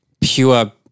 pure